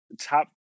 top